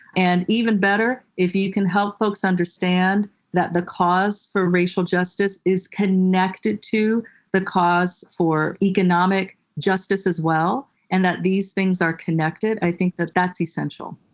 and even better, if you can help folks understand that the cause for racial justice is connected to the cause for economic justice as well and that these things are connected, i think that that's essential.